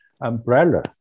umbrella